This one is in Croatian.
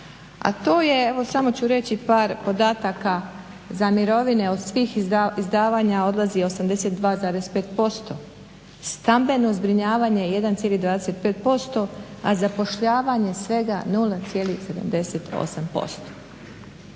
a to je, evo samo ću reći par podataka za mirovine. Od svih izdavanja odlazi 82,5% posto, stambeno zbrinjavanje 1,25%, a zapošljavanje svega 0,78%.